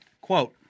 Quote